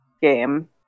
game